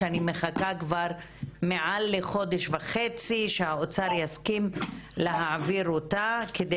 אני מחכה כבר מעל חודש וחצי שהאוצר יסכים להעביר אותה כדי